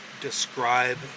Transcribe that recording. describe